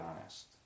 honest